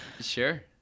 Sure